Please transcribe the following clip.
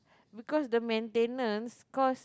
because the maintenance cost